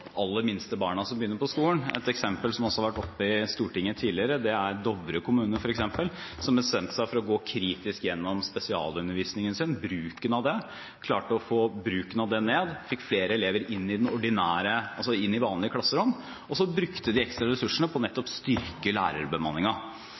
aller minste barna som begynner på skolen? Et eksempel som også har vært oppe i Stortinget tidligere, er Dovre kommune, som bestemte seg for å gå kritisk gjennom spesialundervisningen sin og klarte å få bruken av den ned, fikk flere elever inn i vanlige klasserom og brukte de ekstra ressursene på